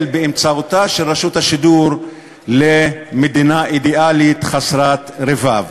באמצעותה של רשות השידור למדינה אידיאלית חסרת רבב.